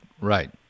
Right